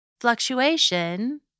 Fluctuation